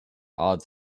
odds